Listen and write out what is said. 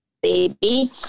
baby